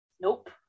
Nope